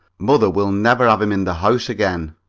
mother will never have him in the house again.